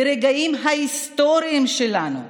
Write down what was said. ברגעים ההיסטוריים שלנו,